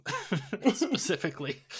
specifically